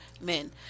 men